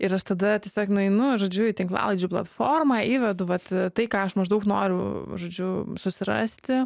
ir aš tada tiesiog nueinu žodžiu į tinklalaidžių platformą įvedu vat tai ką aš maždaug noriu žodžiu susirasti